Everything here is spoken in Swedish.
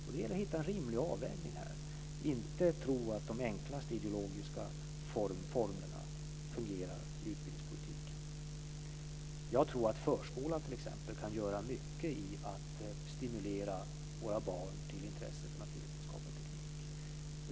Det gäller att hitta en rimlig avvägning här - inte tro att de enklaste ideologiska formlerna fungerar i utbildningspolitiken. Jag tror t.ex. att förskolan kan göra mycket för att stimulera våra barn till intresse för naturvetenskap och teknik.